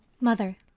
mother